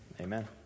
Amen